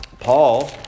Paul